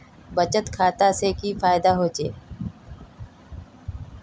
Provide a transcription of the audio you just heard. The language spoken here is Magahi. बचत खाता से की फायदा होचे?